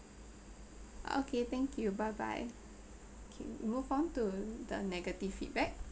okay thank you bye bye okay move on to the negative feedback